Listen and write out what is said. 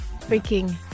freaking